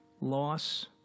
loss